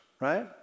right